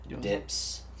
dips